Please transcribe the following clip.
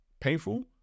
painful